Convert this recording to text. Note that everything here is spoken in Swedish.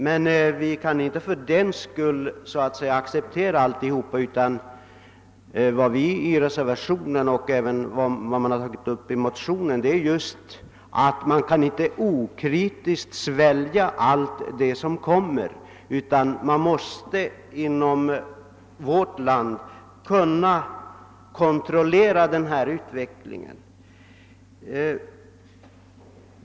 Men vi kan fördenskull inte acceptera allt. Vi framhåller i reservationen, liksom motionärerna har gjort i motionen, att man inte okritiskt kan svälja allt, utan att vårt land måste kunna kontrollera utvecklingen.